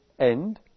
end